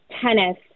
tennis